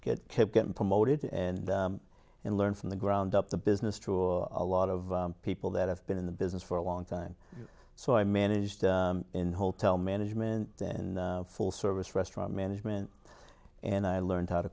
get kept getting promoted and and learn from the ground up the business to a lot of people that have been in the business for a long time so i managed in hotel management and full service restaurant management and i learned how to